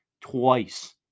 twice